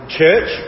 church